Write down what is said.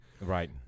Right